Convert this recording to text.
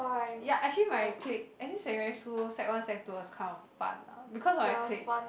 ya actually my clique actually sec one sec two was kind of fun ah because of my clique